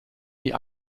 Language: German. die